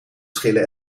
schillen